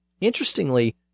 Interestingly